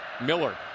Miller